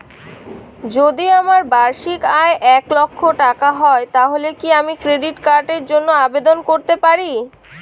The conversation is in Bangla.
যদি আমার বার্ষিক আয় এক লক্ষ টাকা হয় তাহলে কি আমি ক্রেডিট কার্ডের জন্য আবেদন করতে পারি?